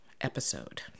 episode